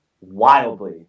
wildly